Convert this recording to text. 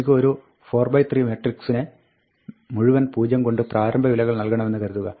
എനിക്ക് ഒരു 4 x 3 മട്രിക്സിനെ മുഴുവൻ പൂജ്യം കൊണ്ട് പ്രാരംഭ വിലകൾ നൽകണമെന്ന് കരുതുക